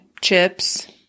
chips